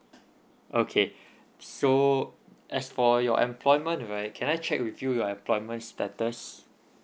okay so as for your employment right can I check with you your employment status